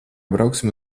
brauksim